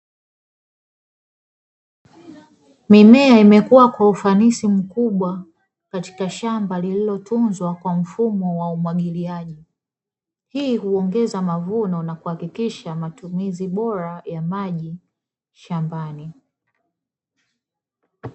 Mimea imekuwa kwa ufanisi mkubwa katika shamba lililotunzwa kwa mfumo wa umwagiliaji, hii huongeza mavuno na kuhakikisha matumizi bora ya maji shambani.